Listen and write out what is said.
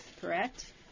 correct